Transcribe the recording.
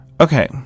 Okay